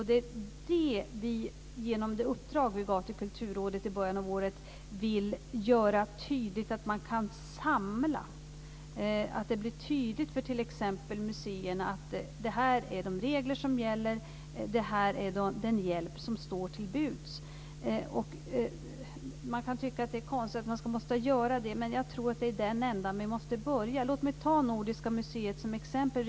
Det vi genom det uppdrag vi gav till Kulturrådet i början av året vill göra tydligt är att man kan samla, så att det blir tydligt för t.ex. museerna att det här är de regler som gäller, det här är den hjälp som står till buds. Man kan tycka att det är konstigt att man ska vara tvungen att göra det, men jag tror att det är i den ändan vi måste börja. Låt mig ta Nordiska museet som exempel.